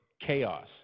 chaos